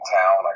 town